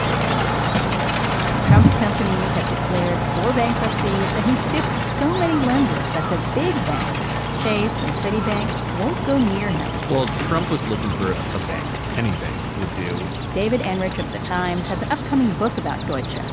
no trump's companies have declared four bankruptcies. and he's stiffed so many lenders that the big banks, like chase and citibank, won't go near him well, trump was looking for a bank. any bank would do david enrich of the times has an upcoming book about deutsche, yeah